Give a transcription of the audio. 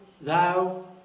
thou